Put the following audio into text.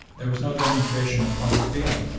there was no demonstration of public feeling.